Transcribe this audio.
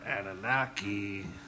Anunnaki